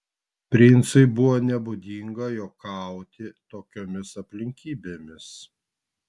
princui buvo nebūdinga juokauti tokiomis aplinkybėmis